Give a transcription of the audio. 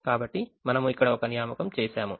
కాబట్టి మనము ఇక్కడ ఒక నియామకం చేసాము